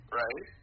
right